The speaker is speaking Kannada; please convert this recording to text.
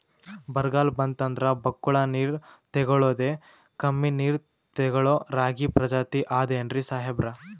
ಬರ್ಗಾಲ್ ಬಂತಂದ್ರ ಬಕ್ಕುಳ ನೀರ್ ತೆಗಳೋದೆ, ಕಮ್ಮಿ ನೀರ್ ತೆಗಳೋ ರಾಗಿ ಪ್ರಜಾತಿ ಆದ್ ಏನ್ರಿ ಸಾಹೇಬ್ರ?